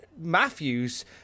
Matthews